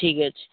ଠିକ୍ ଅଛି